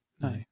No